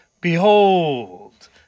behold